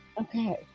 okay